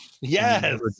Yes